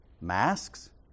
Masks